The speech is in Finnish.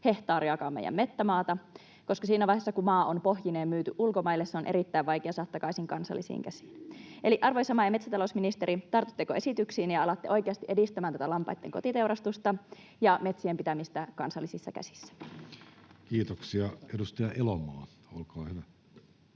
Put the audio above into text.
hehtaariakaan meidän metsämaata, koska siinä vaiheessa kun maa on pohjineen myyty ulkomaille, se on erittäin vaikea saada takaisin kansallisiin käsiin? Eli, arvoisa maa- ja metsätalousministeri, tartutteko esityksiin ja alatte oikeasti edistämään tätä lampaitten kotiteurastusta ja metsien pitämistä kansallisissa käsissä? [Speech 176] Speaker: